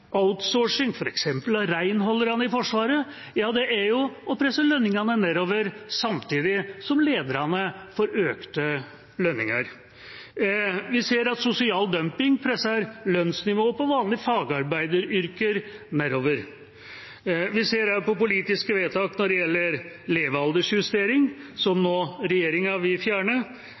outsourcing, f.eks. av renholderne i Forsvaret: Det er å presse lønningene nedover samtidig som lederne får økte lønninger. Vi ser at sosial dumping presser lønnsnivået på vanlige fagarbeideryrker nedover. Vi kan også se på politiske vedtak som gjelder levealdersjustering, som regjeringa nå vil fjerne,